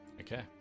okay